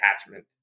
attachment